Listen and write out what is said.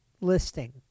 listing